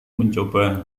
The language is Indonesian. mencoba